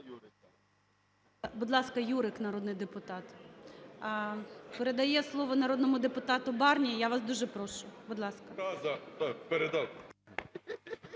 Будь ласка, Юрик, народний депутат. Передає слово народному депутату Барні. Я вас дуже прошу. Будь ласка.